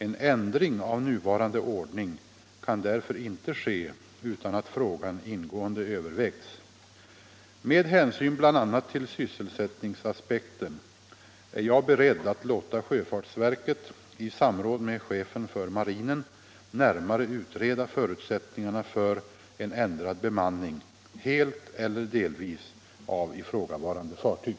En ändring av nuvarande ordning kan därför inte ske utan att frågan ingående övervägts. Med hänsyn bl.a. till sysselsättningsaspekten är jag beredd att låta sjöfartsverket i samråd med chefen för marinen närmare utreda förutsättningarna för en ändring av bemanningen -— helt eller delvis — av ifrågavarande fartyg.